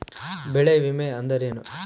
ಬೆಳೆ ವಿಮೆ ಅಂದರೇನು?